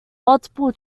multiple